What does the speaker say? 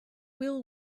will